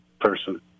person